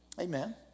Amen